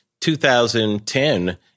2010